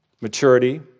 maturity